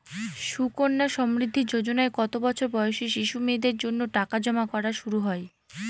সুকন্যা সমৃদ্ধি যোজনায় কত বছর বয়সী শিশু মেয়েদের জন্য টাকা জমা করা শুরু হয়?